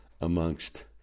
amongst